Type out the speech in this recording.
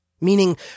meaning